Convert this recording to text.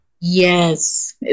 yes